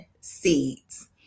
seeds